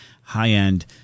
high-end